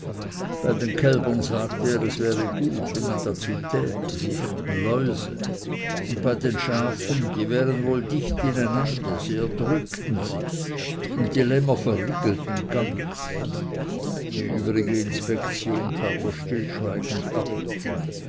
bei den kälbern sagte er es wäre gut wenn man dazu täte die hätten läuse und bei den schafen die wären wohl dicht ineinander sie erdrückten sich und die lämmer verrigelten ganz die übrige inspektion tat er stillschweigend ab